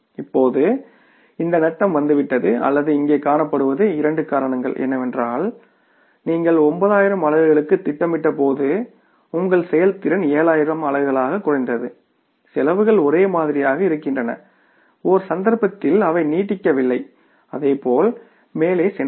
இப்போது இந்த நட்டம் வந்துவிட்டது அல்லது இங்கே காணப்படுவது இரண்டு காரணங்கள் என்னவென்றால் நீங்கள் 9000 அலகுகளுக்கு திட்டமிட்டபோது உங்கள் செயல்திறன் 7000 அலகுகளாக குறைந்தது செலவுகள் ஒரே மாதிரியாக இருக்கின்றன ஒரு சந்தர்ப்பத்தில் அவை நீடிக்கவில்லை அதே போல் மேலே சென்றன